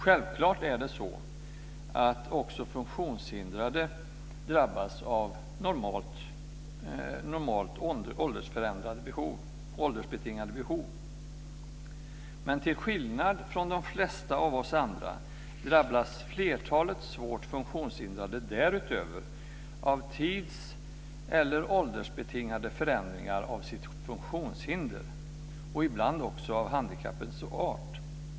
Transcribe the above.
Självklart är det så att också funktionshindrade drabbas av normalt åldersbetingade behov. Men till skillnad från de flesta av oss andra drabbas flertalet svårt funktionshindrade därutöver av tids eller åldersbetingade förändringar av sitt funktionshinder, och ibland också av handikappens art.